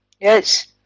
Yes